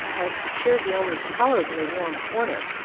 i have secured the only tolerably warm corner,